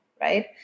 right